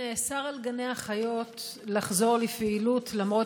נאסר על גני החיות לחזור לפעילות למרות